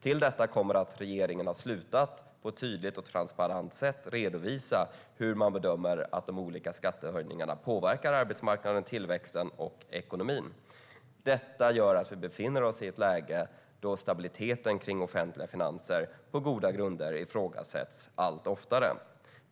Till detta kommer att regeringen har slutat att på ett tydligt och transparent sätt redovisa hur man bedömer att de olika skattehöjningarna påverkar arbetsmarknaden, tillväxten och ekonomin. Det gör att vi befinner oss i ett läge där stabiliteten i offentliga finanser på goda grunder ifrågasätts allt oftare.